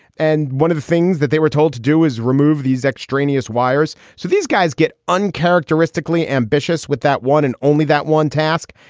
and one of the things that they were told to do is remove these extraneous wires. so these guys get uncharacteristically ambitious with that one and only that one task.